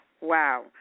Wow